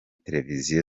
televiziyo